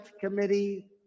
committee